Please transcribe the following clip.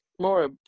more